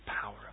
power